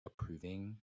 approving